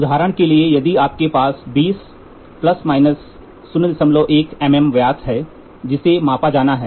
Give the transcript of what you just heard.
उदाहरण के लिए यदि आपके पास 20 ± 01 mm व्यास है जिसे मापा जाना है